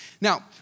Now